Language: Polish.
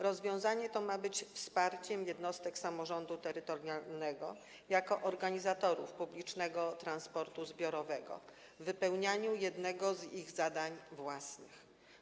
Rozwiązanie to ma być wsparciem dla jednostek samorządu terytorialnego jako organizatorów publicznego transportu zbiorowego w wypełnianiu jednego z ich zadań własnych.